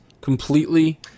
completely